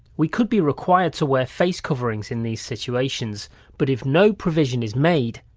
we could be required to wear face coverings in these situations but if no provision is made,